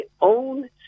own